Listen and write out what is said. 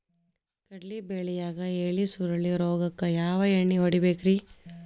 ಕಡ್ಲಿ ಬೆಳಿಯಾಗ ಎಲಿ ಸುರುಳಿ ರೋಗಕ್ಕ ಯಾವ ಎಣ್ಣಿ ಹೊಡಿಬೇಕ್ರೇ?